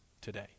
today